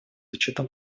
учетом